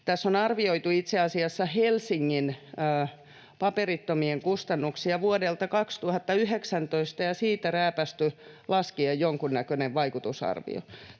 Tässä on arvioitu itse asiassa Helsingin paperittomien kustannuksia vuodelta 2019 ja siitä rääpäisty laskea jonkunnäköinen vaikutusarvio.